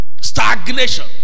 Stagnation